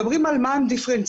מדברים על מה הם דיפרנציאלי,